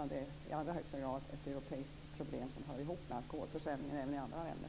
här är i allra högsta grad ett europeiskt problem som hör ihop med alkoholförsäljningen även i andra länder.